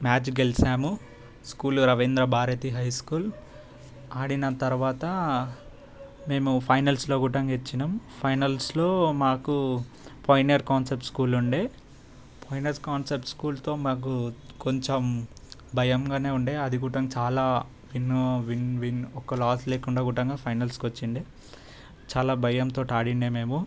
match గెలిచినాము school Ravindrabharathi high school ఆడిన తర్వాత మేము ఫైనల్స్లో గుట్టంగిచ్చినం ఫైనల్స్లో మాకు పయొనీర్ కాన్సెప్ట్ స్కూల్ ఉండే కాన్సెప్ట్ స్కూల్తో మాకు కొంచెం భయంగానే ఉండే అది గుట్టంగా చాలా ఎన్నో విన్ విన్ ఒక్క లాస్ లేకుండా గుట్టంగా ఫైనల్స్కి వచ్చింది చాలా భయంతోటి ఆడిండే మేము